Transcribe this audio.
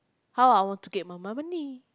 how I want to get my mo~ money